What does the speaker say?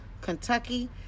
Kentucky